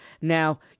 Now